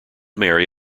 marry